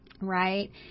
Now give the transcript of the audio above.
Right